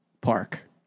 park